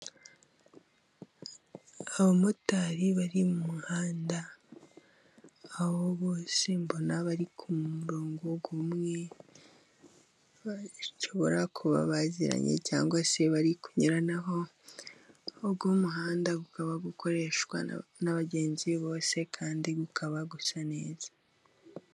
Abamotari bari mu muhanda, aho bose mbona bari ku murongo umwe, bashobora kuba baziranye cyangwa se bari kunyuranaho, uwo muhanda ukaba ukoreshwa n'abagenzi bose kandi ukaba usa neza.